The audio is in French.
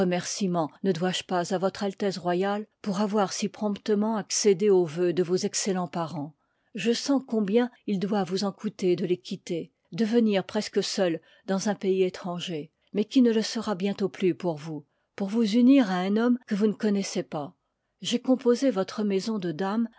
ne dois-je pas à votre altesse royale pour avoir si promptement accède aux vœux de vos excellens parens je sens combien il doit vous en coûter de les quitter de venir presque seule dans un pays étranger mais qui ne le sera bientôt plus pour vous pour vous unir à un homme que vous ne connoissez pas j'ai composé votre maison de dames